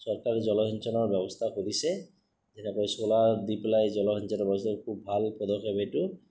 চৰকাৰে জলসিঞ্চনৰ ব্যৱস্থা কৰিছে যেনেকৈ চোলাৰ দি পেলাই জলসিঞ্চনৰ ব্যৱস্থা খুব ভাল পদক্ষেপটো